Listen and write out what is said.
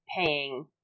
paying